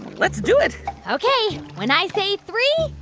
let's do it ok. when i say three,